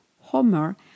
homer